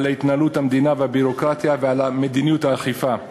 התנהלות המדינה והביורוקרטיה ועל מדיניות האכיפה.